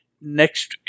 Next